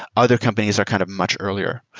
other companies are kind of much earlier.